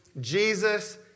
Jesus